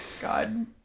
God